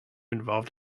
involved